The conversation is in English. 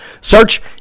Search